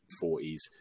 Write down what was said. forties